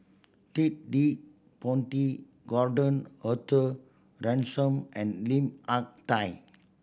Ted De Ponti Gordon Arthur Ransome and Lim Hak Tai